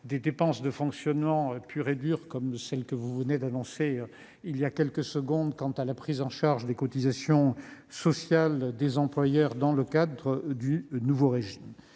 dépenses de fonctionnement pures et dures, comme celles que vous venez d'annoncer, il y a quelques minutes, quant à la prise en charge des cotisations sociales des employeurs dans le cadre du nouveau régime